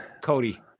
Cody